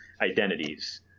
identities